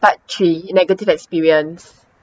part three negative experience